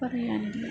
പറയാനില്ല